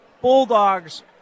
Bulldogs